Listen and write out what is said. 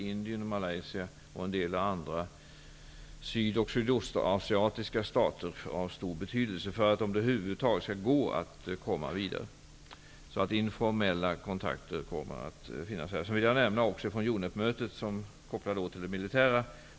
Indien, Malaysia och en del andra sydoch sydostasiatiska stater är av stor betydelse om det över huvud taget skall gå att komma vidare. Informella kontakter kommer att finnas. Jag vill nämna att vid UNEP-mötet gjordes en koppling till det militära.